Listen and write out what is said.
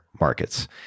markets